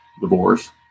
divorce